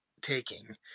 taking